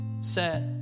Set